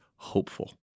hopeful